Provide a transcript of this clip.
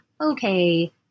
okay